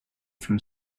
from